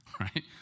right